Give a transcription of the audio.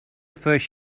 first